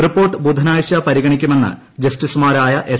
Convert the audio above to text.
report ബുധനാഴ്ച പരിഗണിക്കുമെന്ന് ജസ്റ്റിസുമാരായ എസ്